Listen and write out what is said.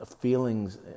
feelings